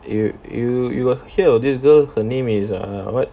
yo~ you you got hear of this girl her name is err what